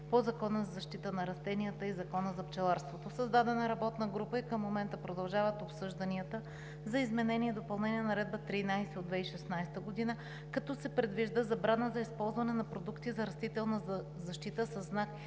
по Закона за защита на растенията и Закона за пчеларството. Създадена е работна група и към момента продължават обсъжданията за изменение и допълнение на Наредба 13 от 2016 г., като се предвижда забрана за използване на продукти за растителна защита със знак